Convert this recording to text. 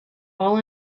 all